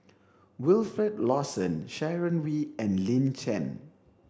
Wilfed Lawson Sharon Wee and Lin Chen